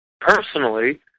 personally